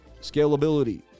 scalability